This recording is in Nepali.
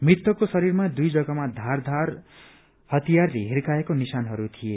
मृतकको शरीरमा दुइ जगहमा धारदार हतियारको हिर्काएको निशानहरू थिए